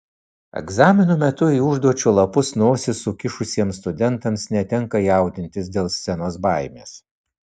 egzaminų metu į užduočių lapus nosis sukišusiems studentams netenka jaudintis dėl scenos baimės